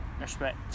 respect